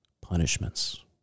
punishments